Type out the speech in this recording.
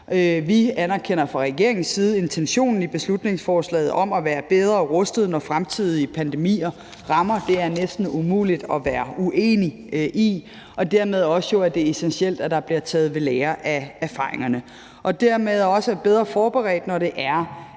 Vi anerkender fra regeringens side intentionen i beslutningsforslaget om at være bedre rustet, når fremtidige pandemier rammer – det er næsten umuligt at være uenig i – og dermed jo også, at det er essentielt, at der bliver taget ved lære af erfaringerne, så vi er bedre forberedt, når det er,